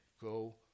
go